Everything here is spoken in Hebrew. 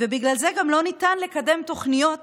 בגלל זה גם לא ניתן לקדם תוכניות